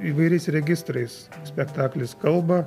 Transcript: įvairiais registrais spektaklis kalba